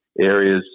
areas